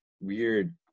weird